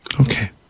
Okay